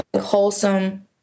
wholesome